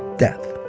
death